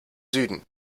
süden